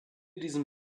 diesen